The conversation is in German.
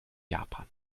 japan